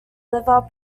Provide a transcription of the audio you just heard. liver